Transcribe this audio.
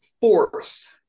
forced